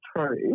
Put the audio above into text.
true